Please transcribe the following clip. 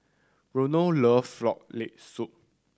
Reno loves Frog Leg Soup